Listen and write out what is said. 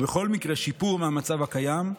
ובכל מקרה שיפור מהמצב הקיים,